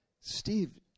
Steve